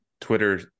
twitter